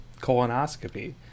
colonoscopy